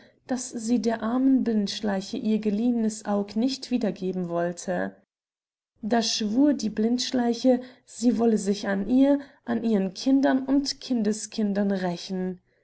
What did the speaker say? daß sie der armen blindschleiche ihr geliehenes aug nicht wiedergeben wollte da schwur die blindschleiche sie wollte sich an ihr an ihren kindern und kindeskindern rächen